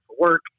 work